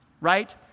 Right